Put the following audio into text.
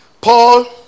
Paul